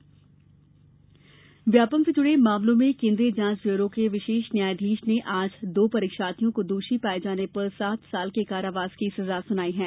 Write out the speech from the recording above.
व्यापम सजा व्यापम से जुड़े मामलों में केन्द्रीय जांच ब्यूरो के विशेष न्यायाधीश ने आज दो परीक्षार्थियों को दोषी पाये जाने पर सात वर्ष के कारावास की सजा सुनायी है